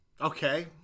Okay